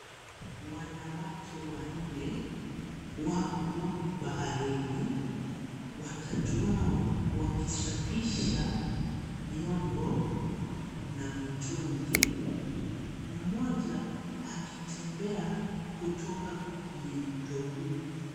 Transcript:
Wanawake wanne wapo baharini, watatu wao wakisafisha vyombo na mitungi. Mmoja akitembea kutoka kwenye mto huu.